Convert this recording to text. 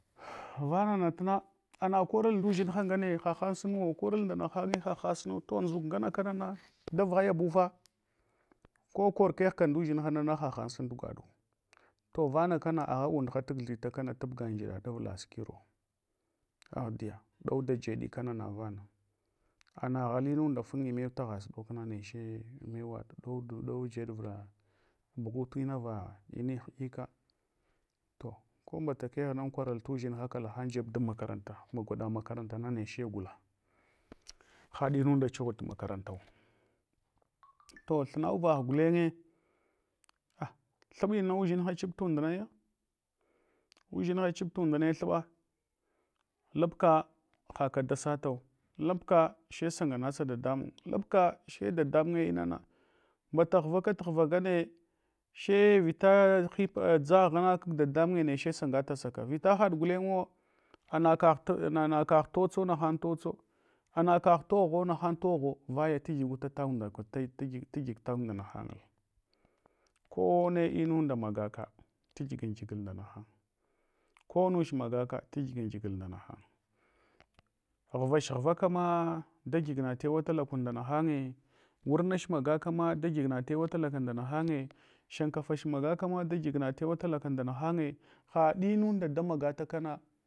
Vantna anakoral nduʒinha ngane, hahan suno korul nda nahanye hahen suno. To ndʒuk ngang kanana davayabufa ko korkehka nduʒinhana hahan sun tugwaɗu. to vana kana agha undula tagthitakana tabga ntiɗaɗ avla sikire aghdiya ɗaujeɗi kana navana. Anaghla inunda funyi new tavghasuɗok na neche mewaɗ ɗaujed vura mbuɗu tinava ne hiɗika. To ko mbata keghna amkona tudʒinha kalahan jeb dan makaranta gwaɗa makarantana neche gwla haɗinunba chughuɗ makarantan. To thuna uval gulenye thubunng udʒinha chiɓ tund naya, udʒina chiɓ tundna nece thuba, lubka haka da satawa, labka sai sangh nasa dadamun, labka she dadamunye inanana, ambta ghvaka ghva ngane, she vita hipa dʒagh kag dadamunye neche sangatasaka. Vita haɗ gulenguwo ana kagh totso nahan totso ana kagh togho nahan togho, vaya tahyuta tagu nahan ko ne inunda magaka tagigangigal nda nahen. Ko much magaka lagigangigal nda nahan ghvach ghva kama dagiyigma tewa tala kun nda nahanye. Wurnach magakama dagyigna tuwa talaka nda nahanye sjankafach magakama dagyigna tewa talaka nda nahanye. Haɗ inunda da magatakana.